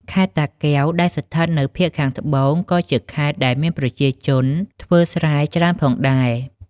ខេត្តតាកែវ ដែលស្ថិតនៅភាគខាងត្បូងក៏ជាខេត្តដែលមានប្រជាជនធ្វើស្រែច្រើនផងដែរ។